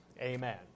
Amen